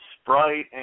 Sprite